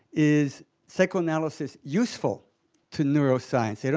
is psychoanalysis useful to neuroscience? you know